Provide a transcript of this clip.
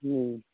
हूँ